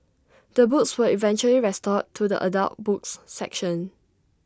the books were eventually restored to the adult books section